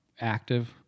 active